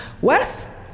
Wes